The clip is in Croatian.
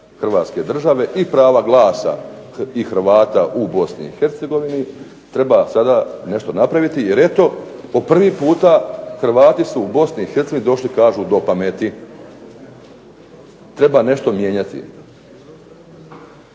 Hrvatske države i prava glasa i Hrvata u Bosni i Hercegovini treba sada nešto napraviti jer eto po prvi puta Hrvati su u Bosni i Hercegovini došli kažu do pameti. Treba nešto mijenjati.